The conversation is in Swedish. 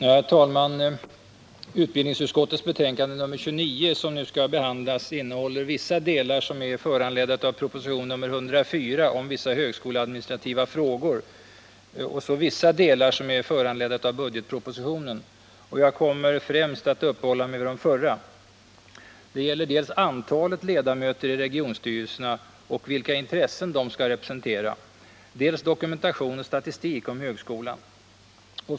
Herr talman! Utbildningsutskottets betänkande nr 29, som nu skall behandlas, innehåller vissa delar som är föranledda av proposition nr 104 om vissa högskoleadministrativa frågor och vissa delar som är föranledda av budgetpropositionen. Jag kommer främst att uppehålla mig vid de förra. Det gäller dels antalet ledamöter i regionstyrelserna och vilka intressen de skall representera, dels dokumentation och statistik om högskolan.